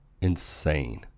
insane